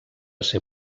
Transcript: ser